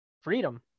freedom